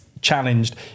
challenged